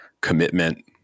commitment